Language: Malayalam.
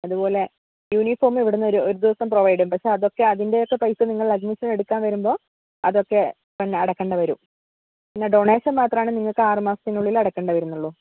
അതുപോലെ യൂണിഫോം ഇവിടുന്ന് ഒരു ദിവസം പ്രൊവൈഡ് ചെയ്യും പക്ഷേ അതിൻ്റെ ഒക്കെ പൈസ നിങ്ങൾ അഡ്മിഷൻ എടുക്കാൻ വരുമ്പോൾ അതൊക്കെ തന്നെ അടയ്ക്കേണ്ടി വരും പിന്നെ ഡൊണേഷൻ മാത്രം ആണ് നിങ്ങൾക്ക് ആറ് മാസത്തിനുള്ളിൽ അടയ്ക്കേണ്ടി വരുന്നുള്ളൂ